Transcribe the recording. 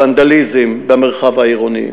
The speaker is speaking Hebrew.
ונדליזם במרחב העירוני.